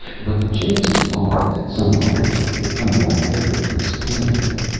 but the chances are that some other man will come along later and supplant him.